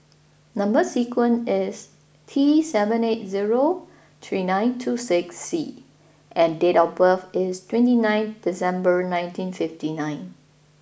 number sequence is T seven eight zero three nine two six C and date of birth is twenty nine December nineteen fifty nine